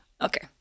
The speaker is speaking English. Okay